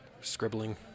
scribbling